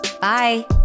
Bye